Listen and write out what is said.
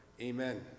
Amen